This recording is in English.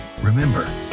Remember